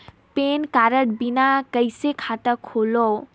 Pan card बिना कइसे खाता खोलव?